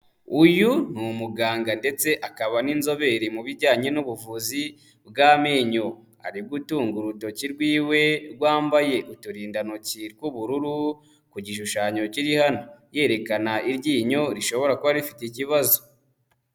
Uyu ni umuganga ndetse akaba n'inzobere mu bijyanye n'ubuvuzi bw'amenyo, ari gutunga urutoki rwiwe rwambaye uturindantoki tw'ubururu ku gishushanyo kiri hano, yerekana iryinyo rishobora kuba rifite ikibazo.